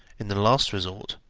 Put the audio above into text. in the last resort,